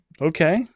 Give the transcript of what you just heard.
Okay